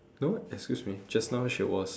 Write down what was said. no excuse me just now she was